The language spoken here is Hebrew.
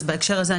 אז בהקשר הזה,